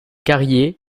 carriers